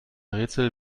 rätsel